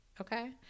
Okay